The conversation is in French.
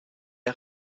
est